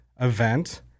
event